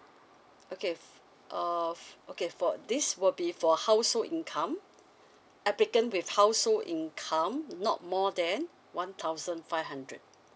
okay f~ err okay for this will be for household income applicant with household income not more than one thousand five hundred